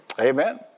Amen